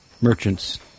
merchants